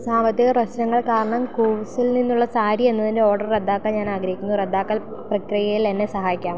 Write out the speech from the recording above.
സാമ്പത്തിക പ്രശ്നങ്ങൾ കാരണം കൂവ്സിൽ നിന്നുള്ള സാരി എന്നതിൻ്റെ ഓർഡർ റദ്ദാക്കാൻ ഞാനാഗ്രഹിക്കുന്നു റദ്ദാക്കൽ പ്രക്രിയയിലെന്നെ സഹായിക്കാമോ